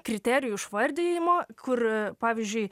kriterijų išvardijimo kur pavyzdžiui